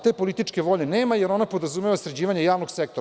Te političke volje nema, jer ona podrazumeva sređivanje javnog sektora.